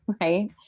right